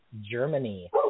Germany